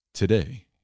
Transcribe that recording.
Today